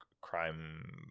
crime